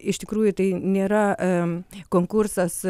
iš tikrųjų tai nėra konkursas